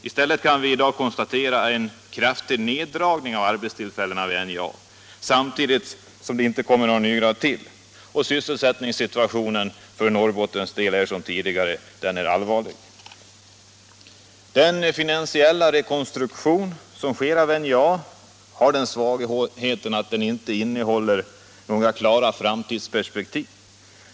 I stället kan vi i dag konstatera en kraftig neddragning av arbetstillfällen vid NJA, samtidigt som det inte tillkommer några nya. Sysselsättningssituationen för Norrbottens del är som tidigare allvarlig. Den finansiella rekonstruktionen av NJA har svagheten att den inte innehåller några klara framtidsperspektiv.